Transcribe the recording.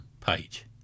page